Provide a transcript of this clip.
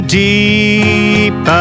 deep